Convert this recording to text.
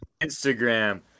instagram